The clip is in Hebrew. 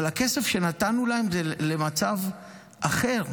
אבל הכסף שנתנו להם הוא למצב אחר.